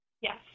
Yes